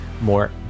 more